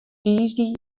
tiisdei